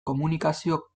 komunikazio